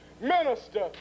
Minister